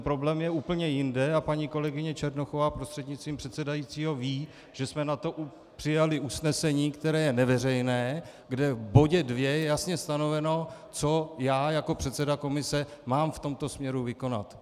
Problém je úplně jinde a paní kolegyně Černochová prostřednictvím předsedajícího ví, že jsme na to přijali usnesení, které je neveřejné, kde v bodě 2 je jasně stanoveno, co já jako předseda komise mám v tomto směru vykonat.